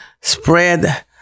spread